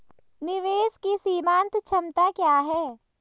निवेश की सीमांत क्षमता क्या है?